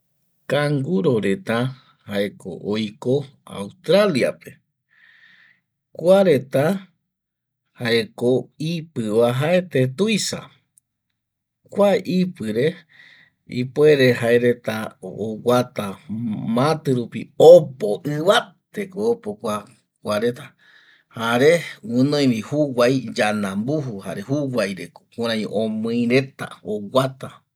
Canguro reta jae ko oiko Australia pe kua reta jaeko ipi uajaete tuisa kua ipire ipuere jaereta oguata mati rupi opo ibate ko opo kuareta jare guinoi vi juguai yananbuju jare juguai reko kurai omii reta oguata